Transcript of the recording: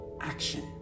action